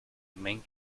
main